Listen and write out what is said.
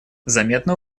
заметно